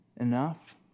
enough